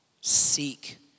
Seek